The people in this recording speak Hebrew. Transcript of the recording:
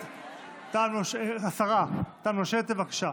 השרה תמנו שטה, בבקשה.